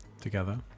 together